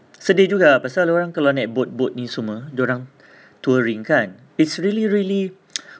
sedih juga pasal orang kalau naik boat boat ni semua dorang touring kan it's really really